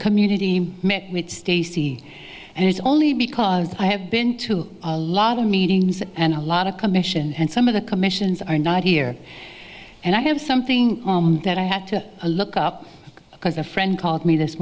community met with stacy and it's only because i have been to a lot of meetings and a lot of commission and some of the commissions are not here and i have something that i had to look up because a friend called me this